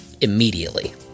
immediately